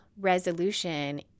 resolution